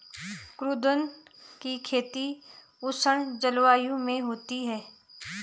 कुद्रुन की खेती उष्ण जलवायु में होती है